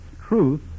truth